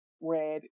Red